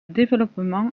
développement